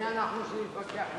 מי אנחנו שנתווכח עם,